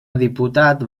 diputat